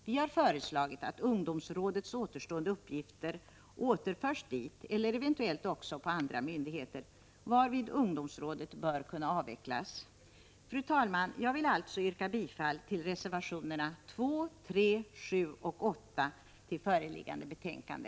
Vi har föreslagit att ungdomsrådets återstående uppgifter återförs dit eller eventuellt också förs över till andra myndigheter, varvid ungdomsrådet bör kunna avvecklas. Fru talman! Jag vill alltså yrka bifall till reservationerna 2, 3, 7 och 8 till föreliggande betänkande.